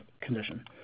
condition